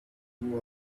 who